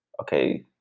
okay